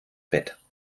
bett